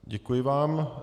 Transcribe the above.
Děkuji vám.